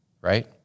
right